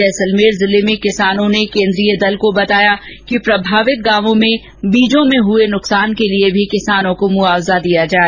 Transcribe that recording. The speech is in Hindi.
जैसलमेर जिले में किसानो ने केन्द्रीय दल को बताया कि प्रभावित गांवों में बीजों में हुए नुकसान के लिए भी किसानों को मुआवजा दिया जाए